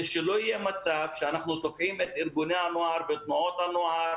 שלא יהיה מצב שאנחנו תוקעים את ארגוני הנוער ואת תנועות הנוער